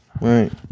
Right